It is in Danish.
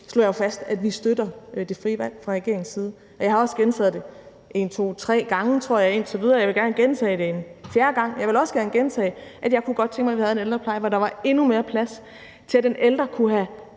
slog jeg jo fast, at vi støtter det frie valg fra regeringens side. Jeg har også gentaget det en, to eller tre gange, tror jeg, indtil videre, og jeg vil gerne gentage det en fjerde gang. Jeg vil også gerne gentage, at jeg godt kunne tænke mig, at vi havde en ældrepleje, hvor der var endnu mere plads til, at den ældre kunne have